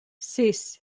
sis